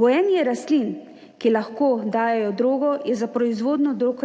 Gojenje rastlin, ki lahko dajejo drogo, je za proizvodnjo drog